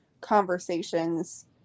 conversations